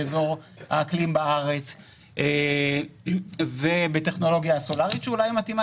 באזור האקלים בארץ ובטכנולוגיה הסולרית שאולי מתאימה.